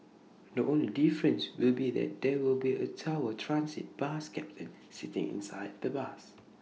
the only difference will be that there will be A tower transit bus captain sitting inside the bus